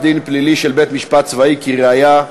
(רישום פרטי שולח על גבי דבר דואר רשום וציונם בהודעה),